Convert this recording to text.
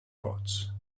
parts